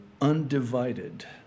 undivided